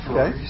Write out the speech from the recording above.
Okay